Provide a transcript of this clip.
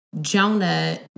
Jonah